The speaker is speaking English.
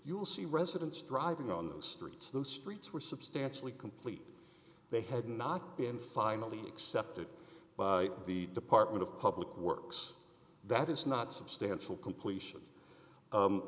you'll see residents driving on the streets those streets were substantially complete they have not been finally accepted by the department of public works that is not substantial completion